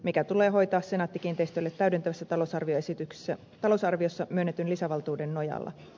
mikä tulee hoitaa senaatti kiinteistöille täydentävässä talousarviossa myönnetyn lisävaltuuden nojalla